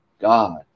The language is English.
God